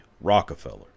Rockefeller